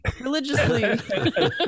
religiously